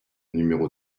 numéro